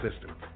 system